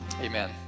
amen